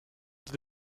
did